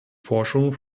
forschung